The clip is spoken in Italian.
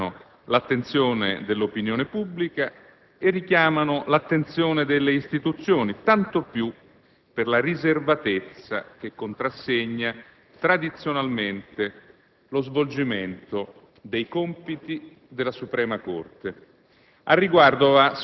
Esse suscitano l'attenzione dell'opinione pubblica e richiamano quella delle istituzioni, tanto più per la riservatezza che contrassegna tradizionalmente lo svolgimento dei compiti della Suprema Corte.